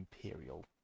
imperial